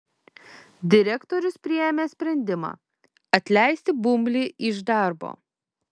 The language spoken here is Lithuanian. direktorius priėmė sprendimą atleisti bumblį iš darbo